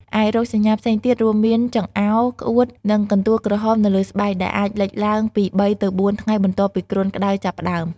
ឯរោគសញ្ញាផ្សេងទៀតរួមមាន ចង្អោរ ក្អួត និង កន្ទួលក្រហម នៅលើស្បែក ដែលអាចលេចឡើងពី ៣ ទៅ ៤ ថ្ងៃបន្ទាប់ពីគ្រុនក្តៅចាប់ផ្តើម។